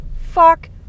Fuck